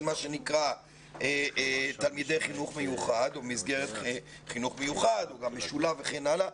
שמה שנקרא תלמידי חינוך מיוחד או מסגרת חינוך מיוחד או משולב וכן הלאה,